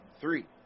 three